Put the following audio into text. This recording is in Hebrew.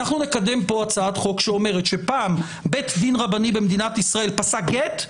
אנחנו נקדם פה הצעת חוק שאומרת שפעם בית דין רבני במדינת ישראל פסק גט,